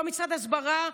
לא משרד הסברה,